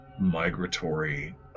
migratory